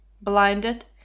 blinded